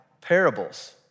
parables